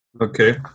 Okay